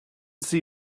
see